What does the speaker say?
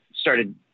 started